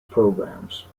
programs